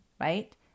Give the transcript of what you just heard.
right